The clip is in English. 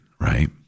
right